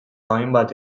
hainbat